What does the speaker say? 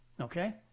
okay